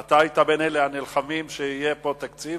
ואתה היית בין הנלחמים שיהיה פה תקציב,